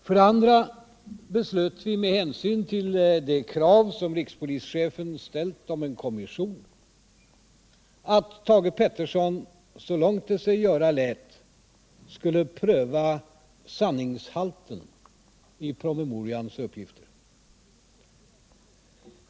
För det andra beslöt vi, men hänsyn till det krav som rikspolischefen ställt om en kommission, att Thage Peterson så långt det sig göra lät skulle pröva sanningshalten i promemorians uppgifter.